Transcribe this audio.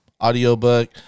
audiobook